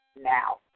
now